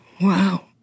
wow